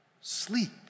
sleep